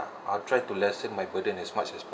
try to lessen my burden as much as